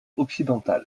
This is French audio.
occidentale